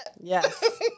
yes